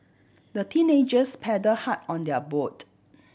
the teenagers paddle hard on their boat